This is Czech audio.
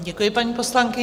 Děkuji, paní poslankyně.